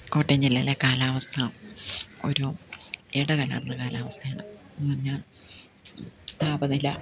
കോട്ടയം ജില്ലയിലെ കാലാവസ്ഥ ഒരു ഇടകലർന്ന കാലാവസ്ഥയാണ് ഞാൻ താപനില